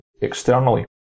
externally